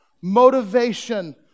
motivation